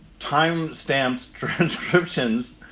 time stamps, transcriptions.